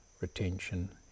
retention